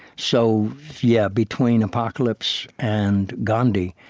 so yeah between apocalypse and gandhi,